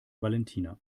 valentina